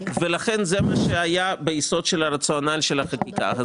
לכן זה מה שהיה ביסוד הרציונל שלה חקיקה.